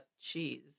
cheese